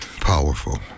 powerful